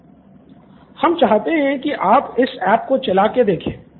student 1 हम चाहते हैं कि आप इस ऐप को चला के देखे